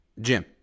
jim